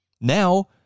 Now